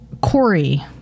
Corey